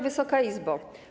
Wysoka Izbo!